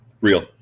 Real